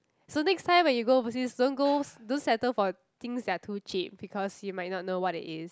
so next time when you go overseas don't go don't settle for things that are too cheap because you might not know what it is